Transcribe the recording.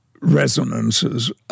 resonances